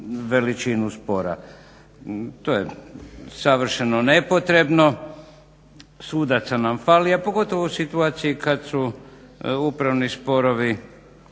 veličinu spora. To je savršeno nepotrebno. Sudaca nam fali, a pogotovo u situaciji kad su upravni sporovi